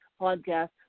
podcast